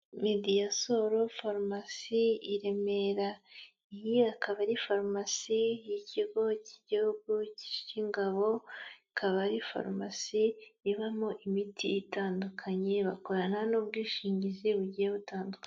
Mediasol Pharmacy i Remera, iyi akaba ari farumasi y'ikigo cy'igihugu cy'ingabo, ikaba ari farumasi ibamo imiti itandukanye, bakorana n'ubwishingizi bugiye butandukanye.